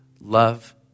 love